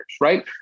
right